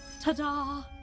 Ta-da